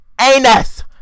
anus